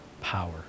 power